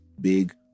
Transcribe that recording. big